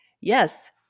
yes